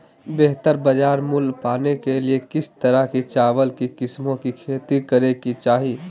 बेहतर बाजार मूल्य पाने के लिए किस तरह की चावल की किस्मों की खेती करे के चाहि?